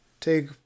take